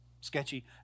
sketchy